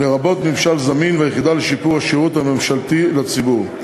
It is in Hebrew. לרבות ממשל זמין והיחידה לשיפור השירות הממשלתי לציבור.